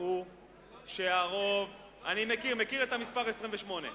וקבעו שהרוב, אני מכיר את המספר 28,